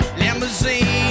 limousine